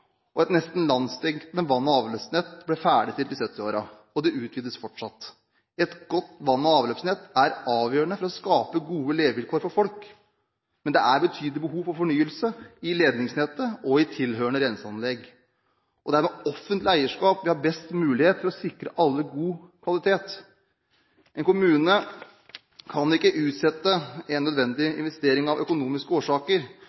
Et nesten landsdekkende vann- og avløpsnett ble ferdigstilt i 1970-åra, og det utvides fortsatt. Et godt vann- og avløpsnett er avgjørende for å skape gode levevilkår for folk, men det er betydelig behov for fornyelse i ledningsnettet og i tilhørende renseanlegg, og det er med offentlig eierskap vi har best mulighet for å sikre alle god kvalitet. En kommune kan ikke utsette en nødvendig investering av økonomiske årsaker